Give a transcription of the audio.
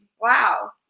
Wow